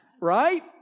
Right